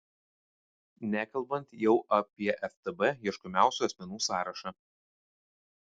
nekalbant jau apie ftb ieškomiausių asmenų sąrašą